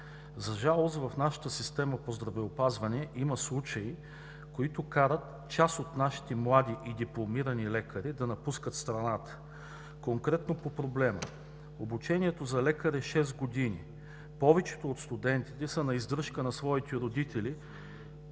За жалост, в нашата система по здравеопазване има случаи, които карат част от нашите млади и дипломирани лекари да напускат страната. Конкретно по проблема. Обучението за лекар е шест години. Повечето от студентите са на издръжка на своите родители